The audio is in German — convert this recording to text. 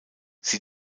sie